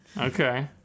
okay